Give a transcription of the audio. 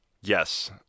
yes